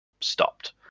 stopped